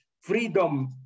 freedom